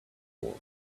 before